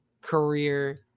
career